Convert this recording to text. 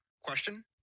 Question